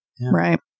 right